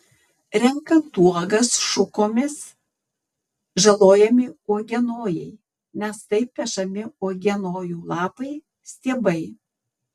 renkant uogas šukomis žalojami uogienojai nes taip pešami uogienojų lapai stiebai